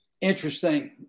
Interesting